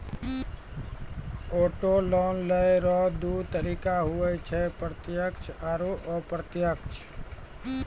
auto loan लेय रो दू तरीका हुवै छै प्रत्यक्ष आरू अप्रत्यक्ष